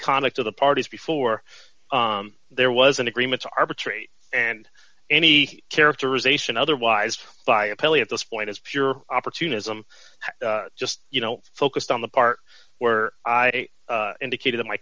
conduct of the parties before there was an agreement to arbitrate and any characterization otherwise by appellee at this point is pure opportunism just you know focused on the part where i indicated of my